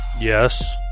Yes